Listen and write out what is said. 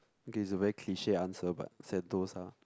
okay it's a very cliche answer but sentosa